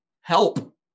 help